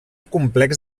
complex